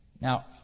Now